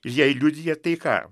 jai liudija tai ką